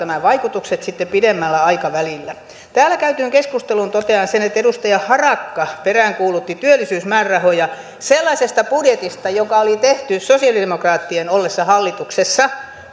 nämä vaikutukset sitten pidemmällä aikavälillä täällä käytyyn keskusteluun totean sen että edustaja harakka peräänkuulutti työllisyysmäärärahoja sellaisesta budjetista joka oli tehty sosialidemokraattien ollessa hallituksessa